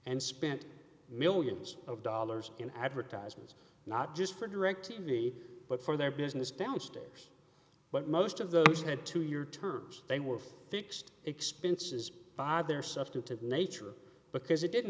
and spent millions of dollars in advertisements not just for direct t v but for their business downstairs but most of those had to your terms they were fixed expenses by their substantive nature because it didn't